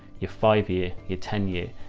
your five-year your ten year.